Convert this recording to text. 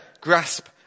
grasp